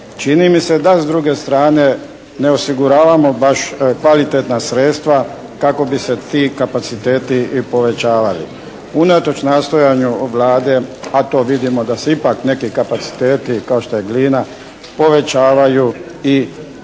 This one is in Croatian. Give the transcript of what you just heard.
čini mi se da s druge strane ne osiguravamo baš kvalitetna sredstva kako bi se ti kapaciteti i povećavali. Unatoč nastojanju Vlade a to vidimo da se ipak neki kapaciteti kao što je Glina povećavaju i kvalitetno